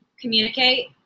communicate